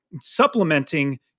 supplementing